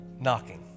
knocking